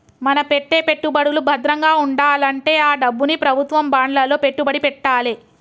మన పెట్టే పెట్టుబడులు భద్రంగా వుండాలంటే ఆ డబ్బుని ప్రభుత్వం బాండ్లలో పెట్టుబడి పెట్టాలే